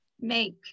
make